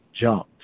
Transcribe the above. jumped